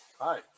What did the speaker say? Hi